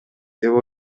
деп